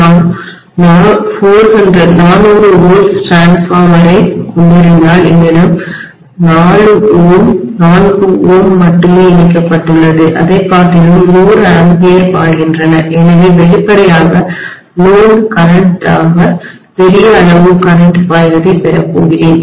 நான் 400 volts டிரான்ஸ்ஃபார்ம ரைக் கொண்டிருந்தால்என்னிடம் 4 Ω மட்டுமே இணைக்கப்பட்டுள்ளது அதை காட்டிலும் 100 ஆம்பியர் பாய்கின்றன எனவே வெளிப்படையாக லோடு கரண்டாக பெரிய அளவு கரண்ட் பாய்வதைபெறப்போகிறேன்